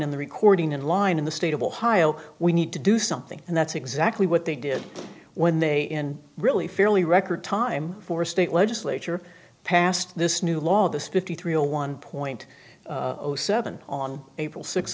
in the recording in line in the state of ohio we need to do something and that's exactly what they did when they in really fairly record time for state legislature passed this new law this fifty three a one point zero seven on april sixth